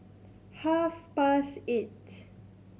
half past eight